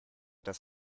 das